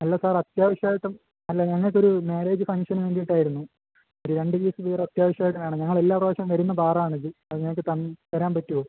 അല്ല സാർ അത്യാവശ്യിമാമായിട്ടും അല്ല ഞങ്ങൾക്കൊരു മാര്യേജ് ഫങ്ഷന് വേണ്ടീട്ടായിരുന്നു ഒരു രണ്ട് കേസ് ബിയറത്യാവശ്യമായിട്ട് വേണം ഞങ്ങളെല്ലാ പ്രാവശ്യോം വരുന്ന ബാറാണിത് അത് ഞങ്ങൾക്ക് തന്ന് തരാൻ പറ്റോ